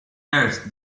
earth